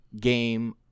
game